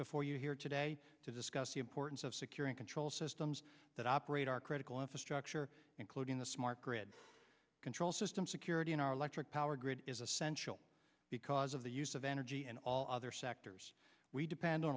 before you here today to discuss the importance of securing control systems that operate our critical infrastructure including the smart grid control system security in our electric power grid is essential because of the use of energy and all other sectors we depend on